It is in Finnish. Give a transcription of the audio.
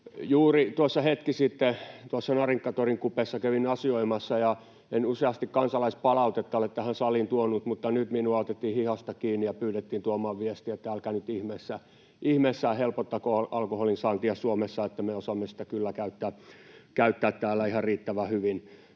Juuri tuossa hetki sitten Narinkkatorin kupeessa kävin asioimassa. En useasti kansalaispalautetta ole tähän saliin tuonut, mutta nyt minua otettiin hihasta kiinni ja pyydettiin tuomaan viestiä, että älkää nyt ihmeessä helpottako alkoholin saantia Suomessa, että me osaamme sitä kyllä käyttää täällä ihan riittävän hyvin.